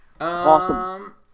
Awesome